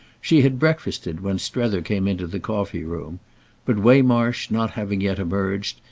she had breakfasted when strether came into the coffee-room but, waymarsh not having yet emerged,